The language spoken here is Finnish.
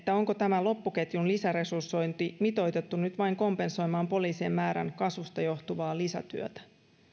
onko tämä loppuketjun lisäresursointi mitoitettu nyt vain kompensoimaan poliisien määrän kasvusta johtuvaa lisätyötä